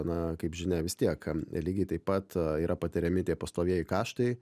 na kaip žinia vis tiek lygiai taip pat yra patiriami tie pastovieji kaštai